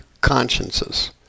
consciences